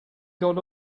got